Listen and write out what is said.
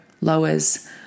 lowers